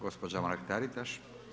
Gospođa Mrak-Taritaš.